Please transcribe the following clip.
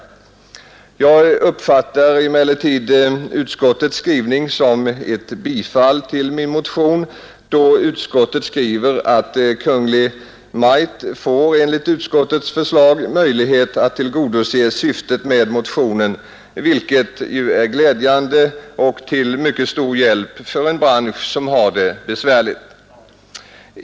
Jag uppfattar emellertid utskottets skrivning som ett bifall till min motion, då utskottet skriver att Kungl. Maj:t enligt utskottets förslag får möjlighet att tillgodose syftet med motionen, vilket ju är glädjande och till mycket stor hjälp för en bransch som har det besvärligt.